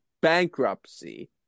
bankruptcy